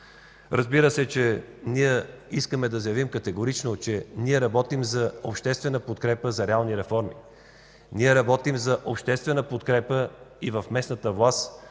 иска да реализира. Искаме да заявим категорично, че работим за обществена подкрепа за реални реформи. Ние работим за обществена подкрепа и в местната власт,